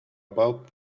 about